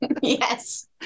Yes